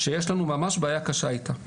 שיש לנו ממש בעיה קשה איתה.